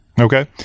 Okay